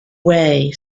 way